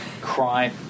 crime